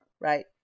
right